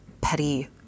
petty